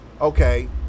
okay